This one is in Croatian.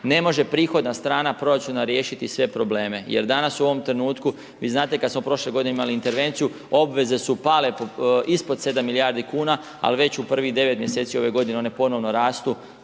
ne može prihodna strana proračuna riješiti sve probleme. Jer danas u ovom trenutku, vi znate kada smo prošle g. imali intervenciju, obveze su pale ispod 7 milijardi kn, ali već u prvih 9 mj. ove g. one ponovno rastu